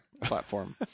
platform